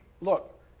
Look